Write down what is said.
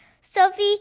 Sophie